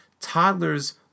toddlers